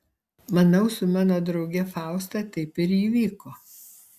manau su mano drauge fausta taip ir įvyko